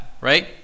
right